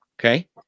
Okay